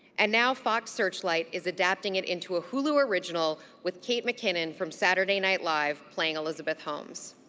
and now fox searchlight is adapting it into a hulu original with kate mckinnon from saturday night live playing elizabeth holmes.